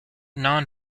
non